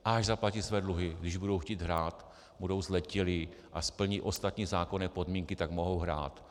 Až zaplatí své dluhy, když budou chtít hrát, budou zletilí a splní ostatní zákonné podmínky, tak mohou hrát.